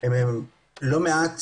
היו בכותרות לא מעט